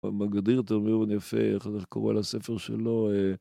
הוא מגדיר תרמיון יפה, איך זה קורה לספר שלו.